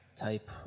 type